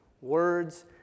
Words